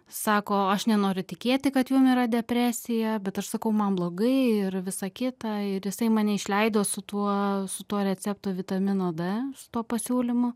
sako aš nenoriu tikėti kad jum yra depresija bet aš sakau man blogai ir visa kita ir jisai mane išleido su tuo su tuo receptu vitamino d su tuo pasiūlymu